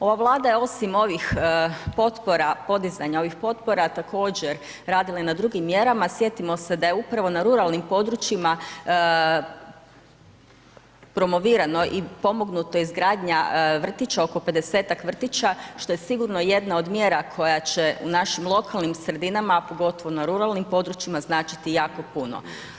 Ova Vlada je osim ovih potpora podizanja ovih potpora također radila i na drugim mjerama, sjetimo se da je upravo na ruralnim područjima promovirano i pomognuta izgradnja oko 50-ak vrtića što je sigurno jedna od mjera koja će u našim lokalnim sredinama, a pogotovo na ruralnim područjima značiti jako puno.